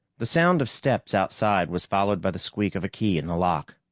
the sound of steps outside was followed by the squeak of a key in the lock.